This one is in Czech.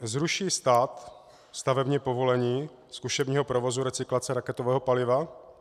Zruší stát stavební povolení zkušebního provozu recyklace raketového paliva?